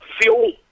fuel